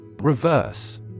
Reverse